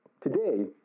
Today